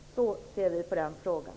Så ser vi på den frågan.